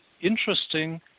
interesting